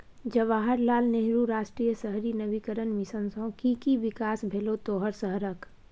जवाहर लाल नेहरू राष्ट्रीय शहरी नवीकरण मिशन सँ कि कि बिकास भेलौ तोहर शहरक?